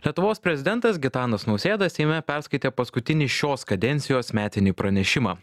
lietuvos prezidentas gitanas nausėda seime perskaitė paskutinį šios kadencijos metinį pranešimą